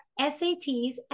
SATs